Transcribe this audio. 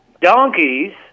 Donkeys